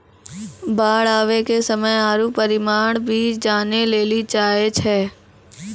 बाढ़ आवे के समय आरु परिमाण भी जाने लेली चाहेय छैय?